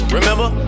Remember